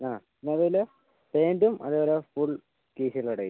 അതെ പിന്നെ അതുപോലെ പാൻറ്റും അതേപോലെ ഫുൾ കീശ ഉള്ള ടൈപ്പ്